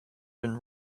been